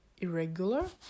Irregular